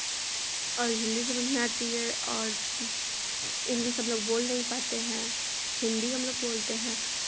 और हिन्दी समझ में आती है और इंग्लिश हमलोग बोल नहीं पाते हैं हिन्दी हमलोग बोलते हैं